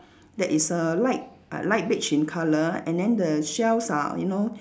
that is err light err light beige in colour and then the shells are you know